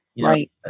Right